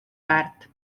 väärt